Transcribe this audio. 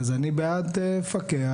אני בעד לפקח,